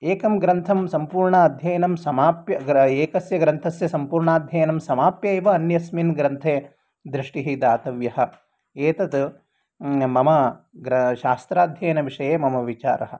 एकं ग्रन्थं सम्पूर्णाध्ययनं समाप्य एकस्य ग्रन्थस्य सम्पूर्णाध्ययनं समाप्य एव अन्यस्मिन् ग्रन्थे दृष्टिः दातव्या एतद् मम शास्त्राध्ययनविषये मम विचारः